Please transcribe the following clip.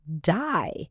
die